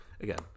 again